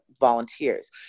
volunteers